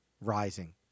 rising